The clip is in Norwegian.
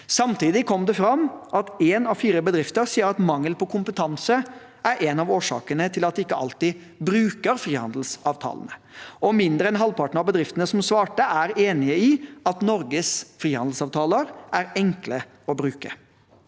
Samtidig kom det fram at én av fire bedrifter sier at mangel på kompetanse er en av årsakene til at de ikke alltid bruker frihandelsavtalene. Og mindre enn halvparten av bedriftene som svarte, er enig i at Norges frihandelsavtaler er enkle å bruke.